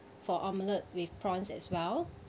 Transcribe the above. for omelette with prawns as well